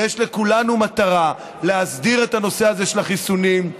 ויש לכולנו מטרה: להסדיר את הנושא הזה של החיסונים.